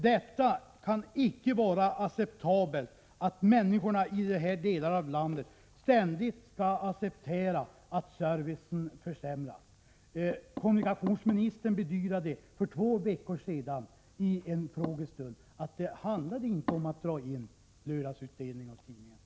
Det kan icke vara acceptabelt att människorna i den här delen av landet ständigt skall behöva acceptera att servicen försämras. Dessutom bedyrade kommunikationsministern för två veckor sedan vid en frågestund att det inte handlade om att sluta med lördagsutdelningen av tidningar.